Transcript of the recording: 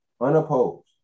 Unopposed